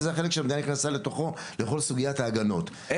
וזה החלק שהמדינה נכנסה לתוכו לכל סוגיית ההגנות,